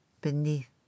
beneath